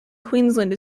queensland